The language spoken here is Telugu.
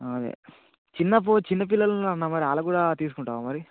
అదే చిన్న పో చిన్న పిల్లలు ఉన్నారన్న మరి వాళ్ళకు కూడా తీసుకుంటావా మరి